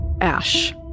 Ash